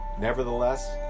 Nevertheless